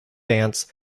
dance